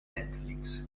netflix